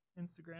Instagram